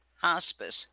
Hospice